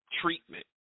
treatment